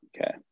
Okay